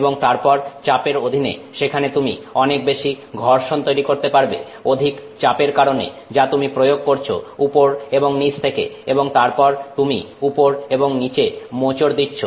এবং তারপর চাপের অধীনে সেখানে তুমি অনেক বেশি ঘর্ষণ তৈরি করতে পারবে অধিক চাপের কারণে যা তুমি প্রয়োগ করছো উপর এবং নিচ থেকে এবং তারপর তুমি উপর এবং নিচে মোচড় দিচ্ছে